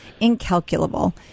incalculable